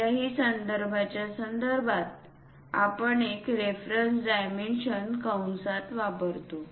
कोणत्याही संदर्भाच्या संदर्भात आपण एक रेफरन्स डायमेन्शन कंसात वापरतो